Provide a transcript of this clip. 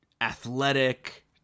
athletic